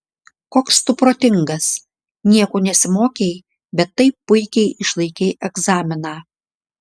koks tu protingas nieko nesimokei bet taip puikiai išlaikei egzaminą